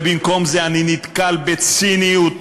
ובמקום זה אני נתקל בציניות,